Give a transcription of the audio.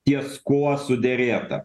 ties kuo suderėta